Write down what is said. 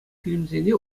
фильмсене